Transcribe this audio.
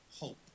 hope